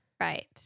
Right